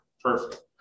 Perfect